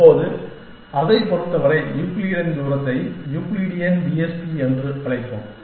இப்போது அதைப் பொறுத்தவரை யூக்ளிடியன் தூரத்தை யூக்ளிடியன் டிஎஸ்பி என்று அழைப்போம்